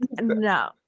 no